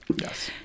yes